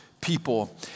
people